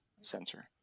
sensor